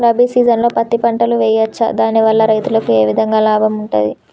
రబీ సీజన్లో పత్తి పంటలు వేయచ్చా దాని వల్ల రైతులకు ఏ విధంగా లాభం ఉంటది?